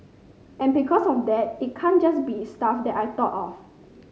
and because of that it can't just be stuff that I thought of